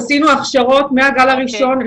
עשינו הכשרות מהגל הראשון,